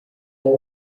ora